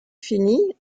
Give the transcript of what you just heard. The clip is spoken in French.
fini